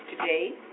today